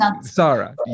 Sarah